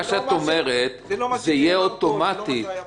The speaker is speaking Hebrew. מה שאת אומרת יהיה אוטומטית.